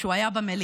כשהוא היה במליאה,